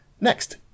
next